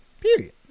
Period